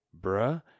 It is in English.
bruh